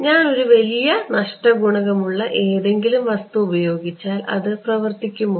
ഞാൻ ഒരു വലിയ നഷ്ട ഗുണകം ഉള്ള എന്തെങ്കിലും വസ്തു ഉപയോഗിച്ചാൽ അത് പ്രവർത്തിക്കുമോ